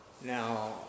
Now